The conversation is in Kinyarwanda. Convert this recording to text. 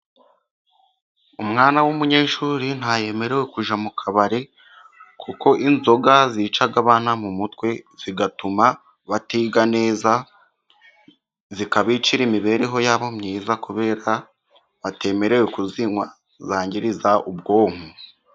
Umwana w' umunyeshuri ntiyemerewe kujya mu kabare, kuko inzoga zica abana mu mutwe zigatuma batiga neza, zikabicira imibereho yabo myiza kubera batemerewe kuzinywa zangiriza ubwonko.